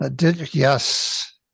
yes